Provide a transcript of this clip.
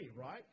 right